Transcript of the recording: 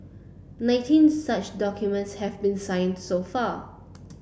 nineteen such documents have been signed so far